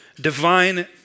divine